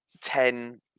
ten